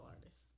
artists